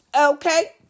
Okay